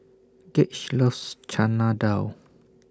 Gage loves Chana Dal